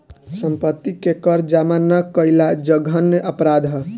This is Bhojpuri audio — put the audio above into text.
सम्पत्ति के कर जामा ना कईल जघन्य अपराध ह